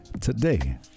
today